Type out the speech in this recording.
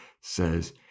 says